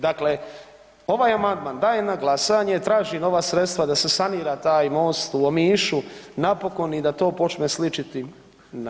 Dakle, ovaj amandman dajem na glasanje, tražim ova sredstva da se sanira taj most u Omišu, napokon i da to počne sličiti na nešto.